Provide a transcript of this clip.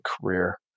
career